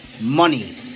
money